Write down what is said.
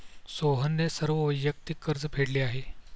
सोहनने सर्व वैयक्तिक कर्ज फेडले आहे